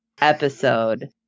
episode